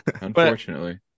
Unfortunately